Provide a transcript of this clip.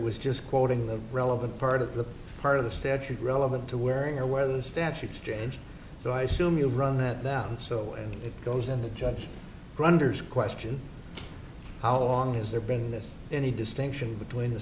was just quoting the relevant part of the part of the statute relevant to wearing or whether the statutes change so i soon you run that down so it goes and the judge runners question how long has there been any distinction between the